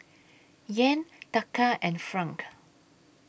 Yen Taka and Franc